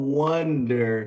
wonder